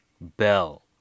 bell